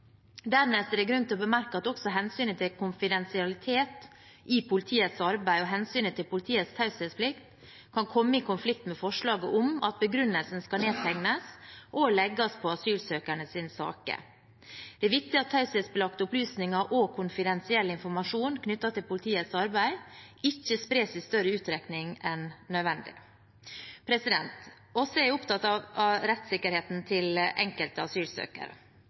det grunn til å bemerke at også hensynet til konfidensialitet i politiets arbeid og hensynet til politiets taushetsplikt kan komme i konflikt med forslaget om at begrunnelsen skal nedtegnes og legges på asylsøkernes saker. Det er viktig at taushetsbelagte opplysninger og konfidensiell informasjon knyttet til politiets arbeid ikke spres i større utstrekning enn nødvendig. Vi er opptatt av rettssikkerheten til den enkelte